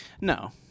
no